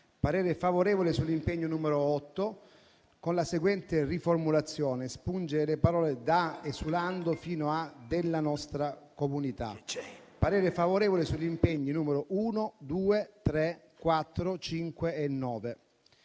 parere favorevole sull'impegno n. 8 con la seguente riformulazione: espungere le parole da «esulando» fino a «della nostra comunità». Esprimo parere favorevole sugli impegni nn. 1, 2, 3, 4, 5 e 9.